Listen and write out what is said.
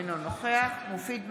אינו נוכח מופיד מרעי,